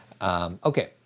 Okay